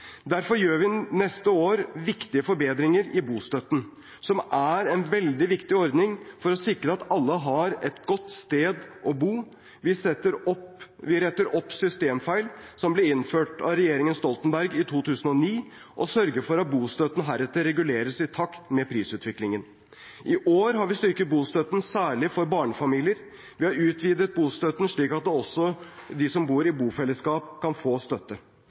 Derfor gjør vi neste år viktige forbedringer i bostøtten, som er en veldig viktig ordning for å sikre at alle har et godt sted å bo. Vi retter opp systemfeil som ble innført av regjeringen Stoltenberg i 2009, og sørger for at bostøtten heretter reguleres i takt med prisutviklingen. I år har vi styrket bostøtten særlig for barnefamilier. Vi har utvidet bostøtten slik at også de som bor i bofellesskap, kan få støtte.